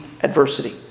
adversity